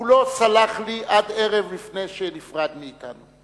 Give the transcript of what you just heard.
הוא לא סלח לי עד ערב לפני שנפרד מאתנו.